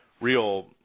real